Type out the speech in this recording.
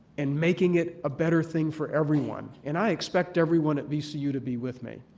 and making it a better thing for everyone. and i expect everyone at vcu to be with me.